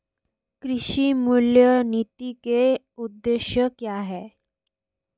कृषि मूल्य नीति के उद्देश्य क्या है?